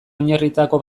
oinarrietako